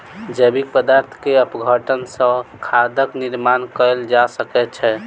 जैविक पदार्थ के अपघटन सॅ खादक निर्माण कयल जा सकै छै